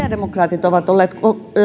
ovat olleet